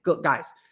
Guys